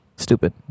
Stupid